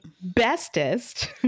bestest